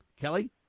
Kelly